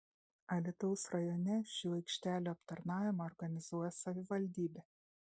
alytaus rajone šių aikštelių aptarnavimą organizuoja savivaldybė